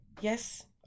Yes